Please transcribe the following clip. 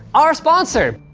our sponsor.